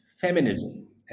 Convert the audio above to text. feminism